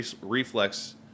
reflex